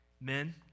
Men